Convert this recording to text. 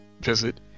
visit